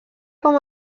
com